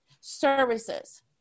Services